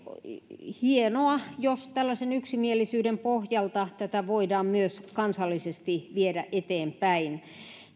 hienoa jos tällaisen yksimielisyyden pohjalta tätä voidaan myös kansallisesti viedä eteenpäin